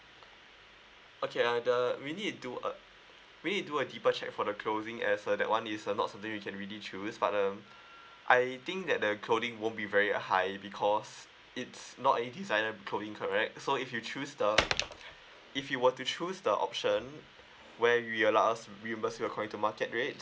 okay uh the we need to do uh we need to do a deeper check for the clothing as uh that one is uh not something we can really choose but um I think that the clothing won't be very high because it's not any designer clothing correct so if you choose the if you were to choose the option where you allow us to reimburse you according to market rate